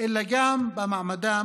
אלא גם במעמדם,